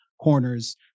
corners